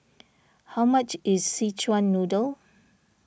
how much is Szechuan Noodle